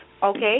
Okay